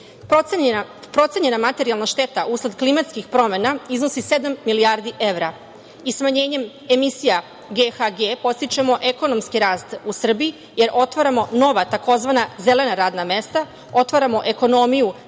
nepogoda. Procenjena materijalna šteta usled klimatskih promena iznosi sedam milijardi evra i smanjenjem emisija GHG podstičemo ekonomski rast u Srbiji, jer otvaramo nova tzv. zelena radna mesta, otvaramo ekonomiju